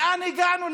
לאן הגענו?